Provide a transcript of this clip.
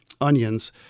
onions